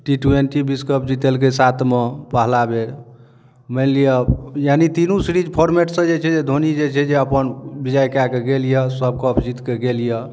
T twenty विश्व cup जीतलकै साथमे पहला बेर मानि लिअ यानि तीनू सीरिज फोर्मेट सऽ धोनी जे छै से अपन विजय कए कऽ गेल यऽ सब कप जीत कऽ गेल यऽ